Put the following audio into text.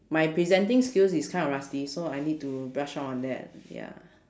my presenting skills is kind of rusty so I need to brush up on that ya